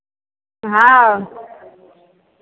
हँ